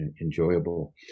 enjoyable